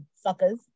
suckers